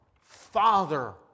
Father